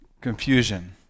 confusion